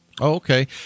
Okay